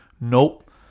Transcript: Nope